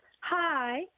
Hi